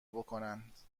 بکنند